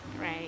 right